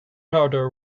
lauder